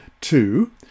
two